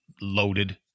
loaded